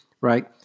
right